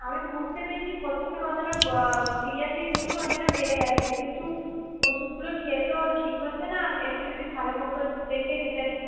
আমি বুঝতে পেরেছি প্রথম থেকে অতটা সিরিয়াসলি নিইনি ওই জন্য বেড়ে গেছে কিন্তু ওষুধগুলো খেয়ে তো ঠিক হচ্ছে না একটু যদি ভালো মতো দেখে দিতেন